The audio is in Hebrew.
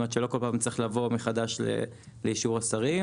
כדי שלא כל פעם נצטרך לבוא מחדש לאישור השרים.